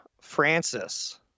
francis